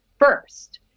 first